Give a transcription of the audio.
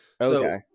Okay